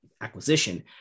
acquisition